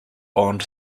bond